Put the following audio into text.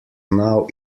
now